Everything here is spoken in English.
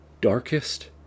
darkest